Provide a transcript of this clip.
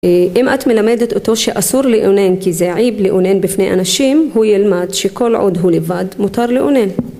אם את מלמדת אותו שאסור לאונן כי זה עיב לאונן בפני אנשים, הוא ילמד שכל עוד הוא לבד מותר לאונן.